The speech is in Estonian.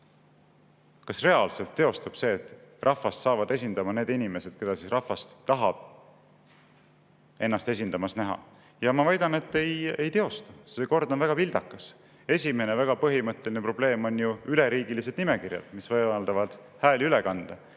kas reaalselt teostub see, et rahvast saavad esindama need inimesed, keda rahvas tahab ennast esindamas näha. Ma väidan, et ei teostu, see kord on väga vildakas. Esimene väga põhimõtteline probleem on ju üleriigilised nimekirjad, mis võimaldavad hääli üle kanda.